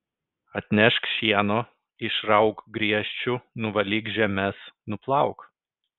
atnešk šieno išrauk griežčių nuvalyk žemes nuplauk